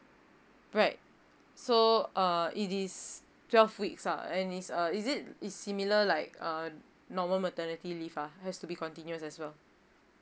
right so uh it is twelve weeks ah and it's uh is it it's similar like a normal maternity leave ah has to be continuous as well